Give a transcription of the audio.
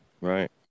Right